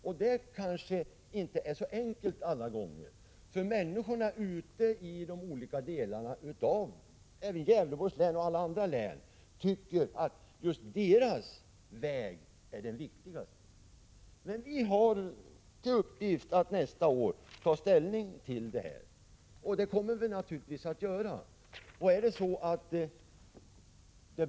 Det är kanske inte så enkelt alla gånger, eftersom människorna ute i de olika delarna av Gävleborgs län och alla andra län tycker att just deras väg är den viktigaste. Men vi har alltså till uppgift att nästa år ta ställning, och det kommer vi naturligtvis att göra.